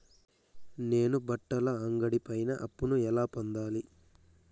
నేను బట్టల అంగడి పైన అప్పును ఎలా పొందాలి?